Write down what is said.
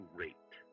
rate